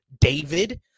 David